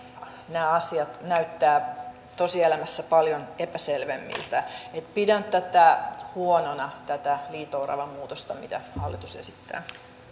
nämä asiat näyttävät tosielämässä paljon epäselvemmiltä pidän huonona tätä liito oravamuutosta mitä hallitus esittää